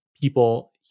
people